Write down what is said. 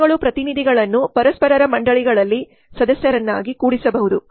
ಪಕ್ಷಗಳು ಪ್ರತಿನಿಧಿಗಳನ್ನು ಪರಸ್ಪರರ ಮಂಡಳಿಗಳಲ್ಲಿ ಸದಸ್ಯರನ್ನಾಗಿ ಕೂಡಿಸಬಹುದು